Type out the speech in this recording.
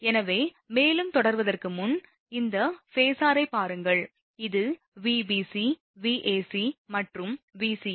எனவே மேலும் தொடர்வதற்கு முன் இந்த ஃபேஸரைப் பாருங்கள் இது Vbc Vab மற்றும் Vca